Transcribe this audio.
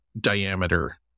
diameter